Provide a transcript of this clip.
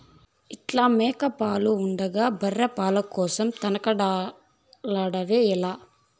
ఇంట్ల మేక పాలు ఉండగా బర్రె పాల కోసరం తనకలాడెదవేల